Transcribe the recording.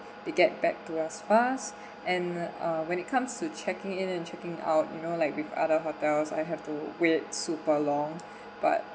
they get back to us fast and uh when it comes to checking in and checking out you know like with other hotels I have to wait super long but